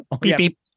beep